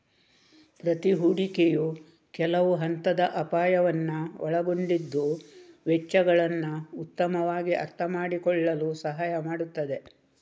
ಪ್ರತಿ ಹೂಡಿಕೆಯು ಕೆಲವು ಹಂತದ ಅಪಾಯವನ್ನ ಒಳಗೊಂಡಿದ್ದು ವೆಚ್ಚಗಳನ್ನ ಉತ್ತಮವಾಗಿ ಅರ್ಥಮಾಡಿಕೊಳ್ಳಲು ಸಹಾಯ ಮಾಡ್ತದೆ